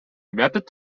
mapped